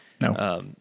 No